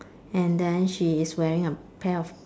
and then she is wearing a pair of